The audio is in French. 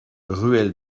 ruelle